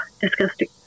disgusting